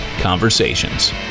Conversations